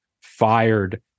fired